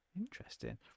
Interesting